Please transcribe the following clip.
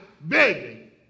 begging